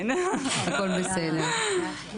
הכל בסדר.